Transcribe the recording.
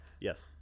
Yes